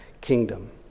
kingdom